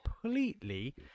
completely